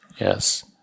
yes